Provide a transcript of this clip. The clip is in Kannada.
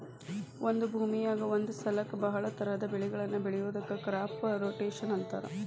ಒಂದ ಭೂಮಿಯಾಗ ಒಂದ ಸಲಕ್ಕ ಬಹಳ ತರಹದ ಬೆಳಿಗಳನ್ನ ಬೆಳಿಯೋದಕ್ಕ ಕ್ರಾಪ್ ರೊಟೇಷನ್ ಅಂತಾರ